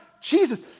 Jesus